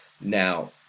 Now